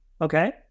okay